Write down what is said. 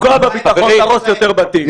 שאלה רלוונטית --- לפגוע בביטחון זה להרוס יותר בתים.